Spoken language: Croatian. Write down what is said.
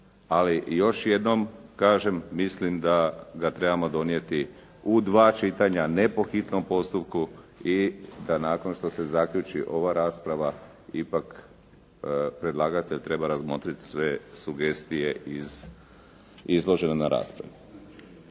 Ali još jednom kažem, mislim da ga trebamo donijeti u dva čitanja, ne po hitnom postupku i da nakon što se zaključi ova rasprava ipak predlagatelj treba razmotriti sve sugestije izložene na raspravi.